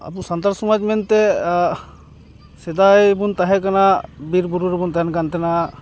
ᱟᱵᱚ ᱥᱟᱱᱛᱟᱲ ᱥᱚᱢᱟᱡᱽ ᱢᱮᱱᱛᱮ ᱥᱮᱫᱟᱭ ᱵᱚᱱ ᱛᱟᱦᱮᱸ ᱠᱟᱱᱟ ᱵᱤᱨ ᱵᱩᱨᱩ ᱨᱮᱵᱚᱱ ᱛᱟᱦᱮᱱ ᱠᱟᱱ ᱛᱟᱦᱮᱱᱟ